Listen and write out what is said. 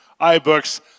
iBooks